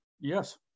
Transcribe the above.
Yes